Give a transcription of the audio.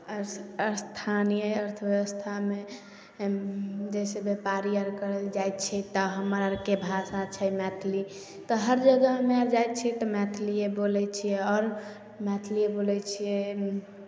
अस् स्थानीय अर्थव्यवस्थामे जइसे व्यापारी अर करल जाइ छै तऽ हमरा अरके भाषा छै मैथिली तऽ हर जगह हमे जाइ छी तऽ मैथलिए बोलै छियै आओर मैथलिए बोलै छियै